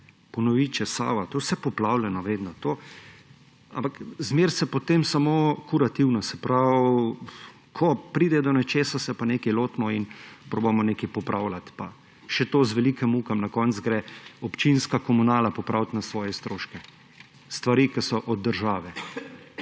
Ponoviče, Sava, to je vse poplavljeno vedno. Ampak zmeraj je potem samo kurativno; se pravi, ko pride do nečesa, se pa nekaj lotimo in probamo nekaj popravljati, pa še to z velikimi mukami. Na koncu gre občinska komunala popravit na svoje stroške stvari, ki so od države,